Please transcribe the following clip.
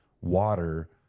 water